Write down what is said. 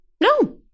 no